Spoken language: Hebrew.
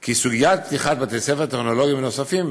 כי סוגיית פתיחת בתי-ספר טכנולוגיים נוספים,